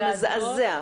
פשוט מזעזע,